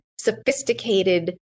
sophisticated